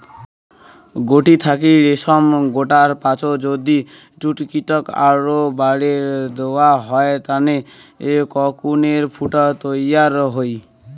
গুটি থাকি রেশম গোটার পাচত যদি তুতকীটক আরও বারের দ্যাওয়া হয় তানে কোকুনের ফুটা তৈয়ার হই